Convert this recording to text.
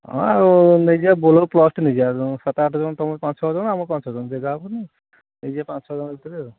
ହଁ ଆଉ ନେଇଯିବା ବୋଲେରୋ ପ୍ଲସ୍ ଟେ ନେଇଯିବା ସାତ ଆଠ ଜଣ ତମର ପାଞ୍ଚ ଛଅ ଜଣ ଆମର ପାଞ୍ଚ ଛଅ ଜଣ ଜାଗା ହେବନି ହେଇଯିବ ପାଞ୍ଚ ଛଅ ଜଣ ଭିତରେ